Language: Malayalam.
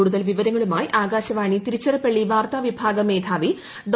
കൂടുതൽ വിവരങ്ങളുമായി ആകാശവാണി തിരുച്ചിറപ്പള്ളി വാർത്താവിഭാഗം മേധാവി ഡോ